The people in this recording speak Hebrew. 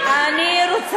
מי לא עובד?